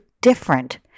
different